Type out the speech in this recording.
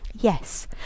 Yes